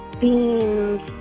beans